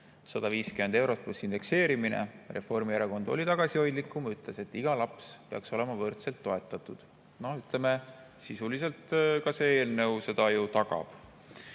150 eurot pluss indekseerimine. Reformierakond oli tagasihoidlikum ja ütles, et kõik lapsed peaksid olema võrdselt toetatud. Ütleme, sisuliselt see eelnõu seda ju tagab.